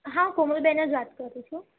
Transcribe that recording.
હા કોમલબેન જ વાત કરું છું